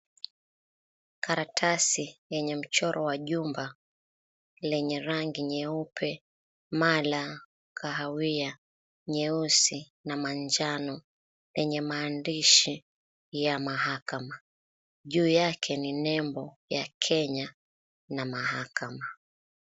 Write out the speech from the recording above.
Karatasi yenye michoro wa jumba lenye rangi nyeupe, mala , kahawia, nyeusi na manjano yenye maandishi ya mahakama , juu yake ni nembo ya Kenya na mahakama .